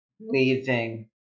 leaving